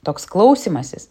toks klausymasis